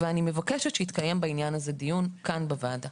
ואני מבקשת שיתקיים בעניין הזה דיון כאן בוועדה.